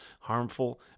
harmful